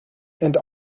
and